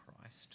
Christ